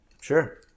Sure